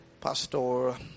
Pastor